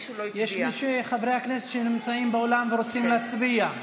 מישהו מחברי הכנסת שנמצאים באולם ורוצים להצביע?